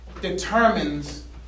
determines